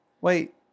Wait